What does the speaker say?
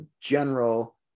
general